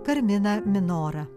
carmina minora